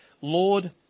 Lord